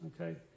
Okay